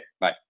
Bye